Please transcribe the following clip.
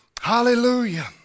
Hallelujah